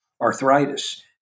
Arthritis